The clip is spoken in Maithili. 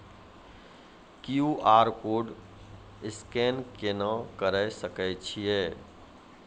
क्यू.आर कोड स्कैन केना करै सकय छियै?